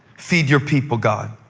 feed your people, god.